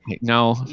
No